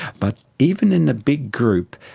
but even in a big group,